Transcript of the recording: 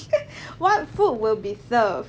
what food will be serve